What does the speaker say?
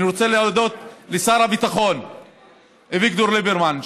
אני רוצה להודות לשר הביטחון אביגדור ליברמן,